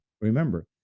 Remember